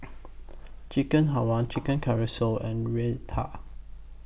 Chicken Halwa Chicken Casserole and Raita